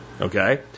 Okay